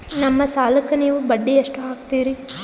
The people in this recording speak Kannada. ನಮ್ಮ ಸಾಲಕ್ಕ ನೀವು ಬಡ್ಡಿ ಎಷ್ಟು ಹಾಕ್ತಿರಿ?